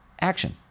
Action